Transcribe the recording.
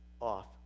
off